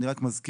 אני רק מזכיר,